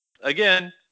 Again